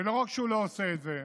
ולא רק שהוא לא עושה את זה,